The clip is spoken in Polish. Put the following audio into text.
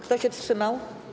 Kto się wstrzymał?